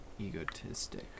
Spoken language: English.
egotistic